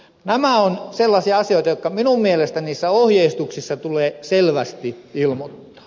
nämä ovat sellaisia asioita jotka minun mielestäni niissä ohjeistuksissa tulee selvästi ilmoittaa